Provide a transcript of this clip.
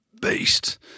beast